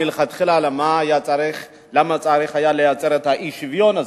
מלכתחילה למה צריך היה לייצר את האי-שוויון הזה.